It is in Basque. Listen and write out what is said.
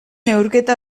neurketa